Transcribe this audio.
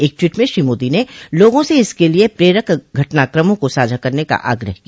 एक ट्वीट में श्री मोदी ने लोगों से इसके लिए प्रेरक घटनाक्रमों को साझा करने का आग्रह किया